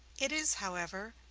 it is, however,